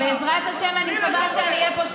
אני אפתיע אותך.